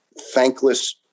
thankless